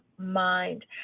mind